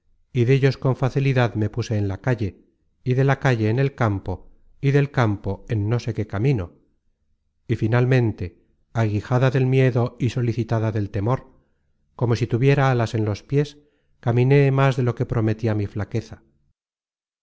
y dellos con facilidad me puse en la calle y de la calle en el campo y del campo en no sé qué camino y finalmente aguijada del miedo y solicitada del temor como si tuviera alas en los piés caminé más de lo que prometia mi flaqueza